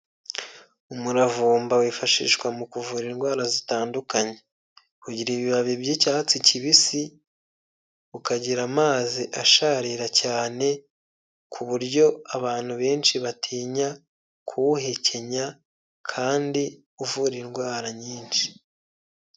Umuravumba wifashishwa mu kuvura indwara zitandukanye, ugira ibibabi by'icyatsi kibisi ukagira amazi asharira cyane, ku buryo abantu benshi batinya kuwuhekenya kandi uvura indwara nyinshi.